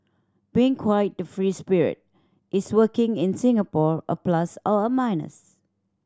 being quite the free spirit is working in Singapore a plus or a minus